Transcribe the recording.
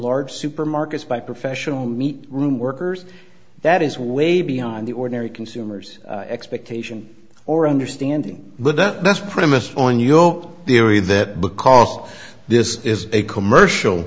large supermarkets by professional meat room workers that is way beyond the ordinary consumers expectation or understanding but that's pretty missed on your theory that because this is a commercial